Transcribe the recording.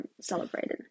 celebrated